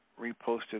reposted